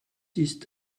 ist